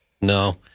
No